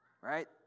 right